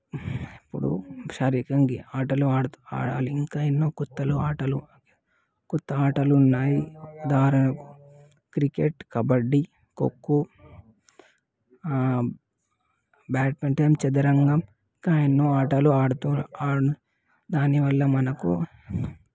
ఎప్పుడు శారీరకంగా ఆటలు ఆడుతూ ఉండాలి ఇంకా ఎన్నో కొత్తలో ఆటలు కొత్త ఆటలు ఉన్నాయి దానిలో క్రికెట్ కబడ్డీ ఖోఖో బ్యాడ్మింటన్ చదరంగం ఇంకా ఎన్నో ఆటలు ఆడుతూ దానివల్ల మనకు